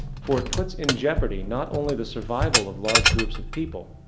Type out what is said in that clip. for it puts in jeopardy not only the survival of large groups of people,